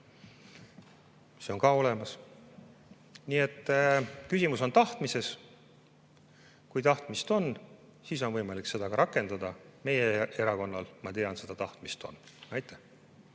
see on ka olemas. Nii et küsimus on tahtmises. Kui tahtmist on, siis on võimalik seda ka rakendada. Meie erakonnal, ma tean, seda tahtmist on. Maria